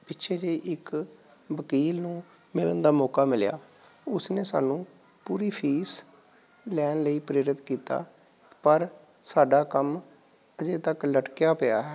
ਪਿੱਛੇ ਜਿਹੇ ਇੱਕ ਵਕੀਲ ਨੂੰ ਮਿਲਣ ਦਾ ਮੌਕਾ ਮਿਲਿਆ ਉਸ ਨੇ ਸਾਨੂੰ ਪੂਰੀ ਫੀਸ ਲੈਣ ਲਈ ਪ੍ਰੇਰਿਤ ਕੀਤਾ ਪਰ ਸਾਡਾ ਕੰਮ ਅਜੇ ਤੱਕ ਲਟਕਿਆ ਪਿਆ ਹੈ